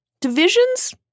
divisions